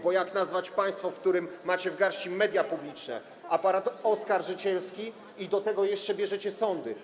Bo jak można nazwać państwo, w którym macie w garści media publiczne, aparat oskarżycielski i do tego jeszcze bierzecie sądy?